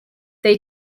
they